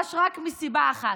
פרש רק מסיבה אחת: